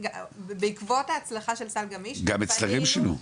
ובעקבות ההצלחה של סל גמיש --- גם אצלכם שינו.